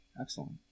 Excellent